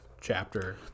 chapter